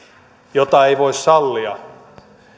jota ei voi sallia